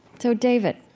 so, david,